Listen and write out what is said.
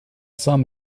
some